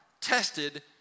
tested